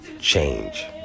change